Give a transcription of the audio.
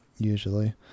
usually